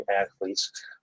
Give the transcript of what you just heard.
athletes